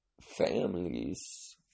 families